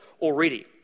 already